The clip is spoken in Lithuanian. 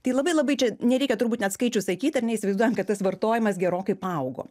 tai labai labai čia nereikia turbūt net skaičių sakyt ar ne įsivaizduojam kad tas vartojimas gerokai paaugo